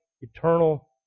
eternal